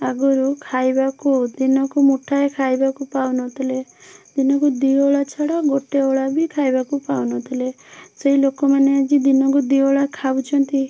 ଆଗରୁ ଖାଇବାକୁ ଦିନକୁ ମୁଠାଏ ଖାଇବାକୁ ପାଉନଥିଲେ ଦିନକୁ ଦୁଇ ଓଳା ଛଡ଼ା ଗୋଟେ ଓଳା ବି ଖାଇବାକୁ ପାଉନଥିଲେ ସେହି ଲୋକମାନେ ଆଜି ଦିନକୁ ଦୁଇ ଓଳା ଖାଉଛନ୍ତି